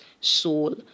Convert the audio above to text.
soul